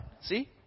see